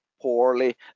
poorly